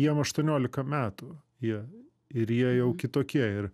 jiem aštuoniolika metų jie ir jie jau kitokie ir